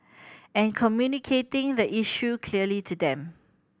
and communicating the issue clearly to them